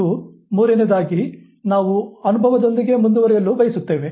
ಮತ್ತು ಮೂರನೆಯದಾಗಿ ನಾವು ಅನುಭವದೊಂದಿಗೆ ಮುಂದುವರಿಯಲು ಬಯಸುತ್ತೇವೆ